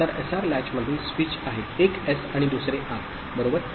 तर एसआर लॅचमध्ये स्विच आहे एक एस आणि दुसरे आर बरोबर